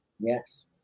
yes